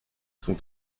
sont